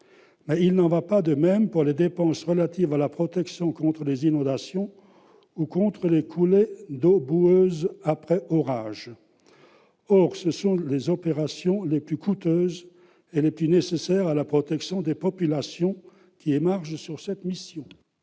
Il n'en va pas de même pour les dépenses relatives à la protection contre les inondations ou les coulées d'eaux boueuses après orage. Or ce sont les opérations les plus coûteuses et les plus nécessaires à la protection des populations qui émargent sur cette mission.